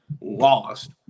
lost